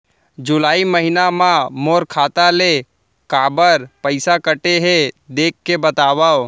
जुलाई महीना मा मोर खाता ले काबर पइसा कटे हे, देख के बतावव?